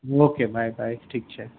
okay bye bye ઠીક છે